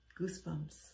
goosebumps